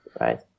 right